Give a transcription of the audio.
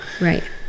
Right